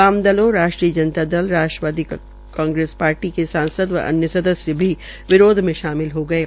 वामदलों राष्ट्रीय जनता दल राष्ट्रीय कांग्रेस पार्टी के सांसद व अन्य सदस्य भी विरोध में शामिल हो गये